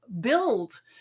build